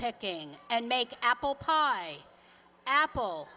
picking and make apple pie apple